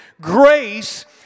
grace